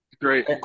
great